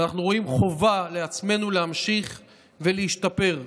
ואנחנו רואים חובה לעצמנו להמשיך להשתפר.